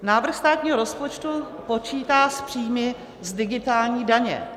Návrh státního rozpočtu počítá s příjmy z digitální daně.